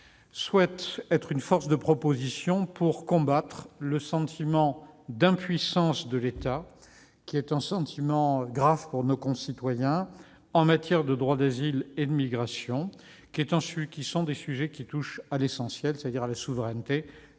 souhaite être une force de proposition pour combattre le sentiment d'impuissance de l'État, qui est grave pour nos concitoyens, en matière de droit d'asile et de migration. Il s'agit de sujets qui touchent à l'essentiel, c'est-à-dire à la souveraineté